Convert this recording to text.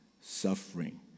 suffering